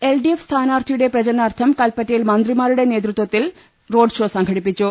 LDF സ്ഥാനാർത്ഥിയുടെ പ്രചരണാർത്ഥം കൽപറ്റയിൽ മന്ത്രിമാരുടെ നേതൃത്വത്തിൽ കൽപറ്റ്യിൽ റോഡ്ഷോ സംഘടി പ്പിച്ചു